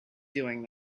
doing